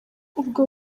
ubwo